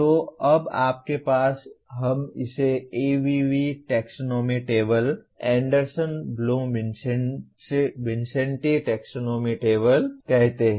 तो अब आपके पास हम इसे ABV taxonomy table Anderson Bloom विन्सेंटी टैक्सोनॉमी टेबल कहते हैं